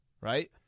right